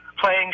playing